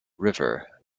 river